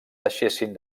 deixessin